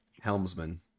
Helmsman